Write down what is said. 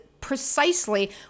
precisely